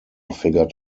figured